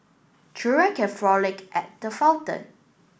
children can frolic at the fountain